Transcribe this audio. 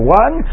one